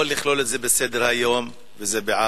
או לכלול את זה בסדר-היום, וזה בעד,